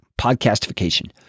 podcastification